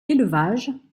élevage